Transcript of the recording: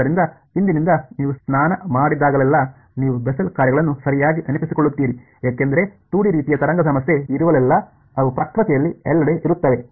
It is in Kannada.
ಆದ್ದರಿಂದ ಇಂದಿನಿಂದ ನೀವು ಸ್ನಾನ ಮಾಡಿದಾಗಲೆಲ್ಲಾ ನೀವು ಬೆಸೆಲ್ ಕಾರ್ಯಗಳನ್ನು ಸರಿಯಾಗಿ ನೆನಪಿಸಿಕೊಳ್ಳುತ್ತೀರಿ ಏಕೆಂದರೆ 2 ಡಿ ರೀತಿಯ ತರಂಗ ಸಮಸ್ಯೆ ಇರುವಲ್ಲೆಲ್ಲಾ ಅವು ಪ್ರಕೃತಿಯಲ್ಲಿ ಎಲ್ಲೆಡೆ ಇರುತ್ತವೆ